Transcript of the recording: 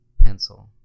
pencil